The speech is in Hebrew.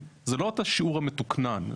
זה לא את השיעור המתוקנן,